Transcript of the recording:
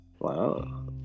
Wow